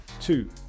two